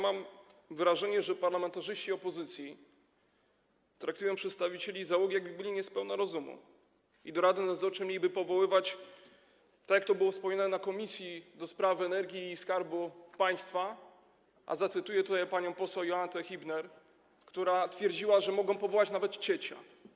Mam wrażenie, że parlamentarzyści opozycji traktują przedstawicieli załogi, jakby byli niespełna rozumu i jakby do rady nadzorczej mieli powoływać, tak jak to było wspomniane w Komisji do Spraw Energii i Skarbu Państwa, a zacytuję tutaj panią poseł Jolantę Hibner, która twierdziła, że mogą powołać nawet ciecia.